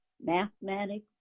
mathematics